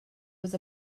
was